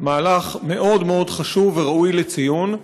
מהלך מאוד מאוד חשוב וראוי לציון.